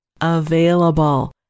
available